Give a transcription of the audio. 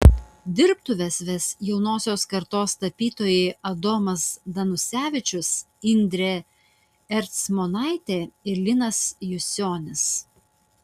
dirbtuves ves jaunosios kartos tapytojai adomas danusevičius indrė ercmonaitė ir linas jusionis